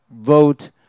Vote